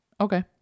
Okay